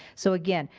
so, again,